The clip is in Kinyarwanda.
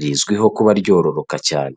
rizwiho kuba ryororoka cyane.